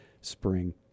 spring